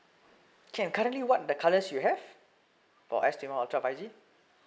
can currently what the colours you have on S ultra five G